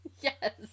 Yes